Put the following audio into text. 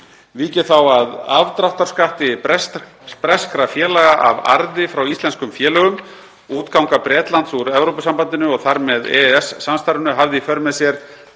Vík ég þá að afdráttarskatti breskra félaga af arði frá íslenskum félögum. Útganga Bretlands úr Evrópusambandinu, og þar með EES-samstarfinu, hafði í för með sér